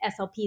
SLPs